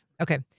Okay